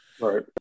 right